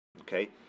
okay